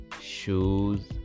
shoes